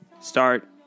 Start